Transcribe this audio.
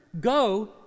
go